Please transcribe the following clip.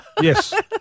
Yes